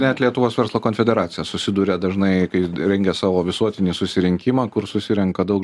net lietuvos verslo konfederacija susiduria dažnai kai rengia savo visuotinį susirinkimą kur susirenka daug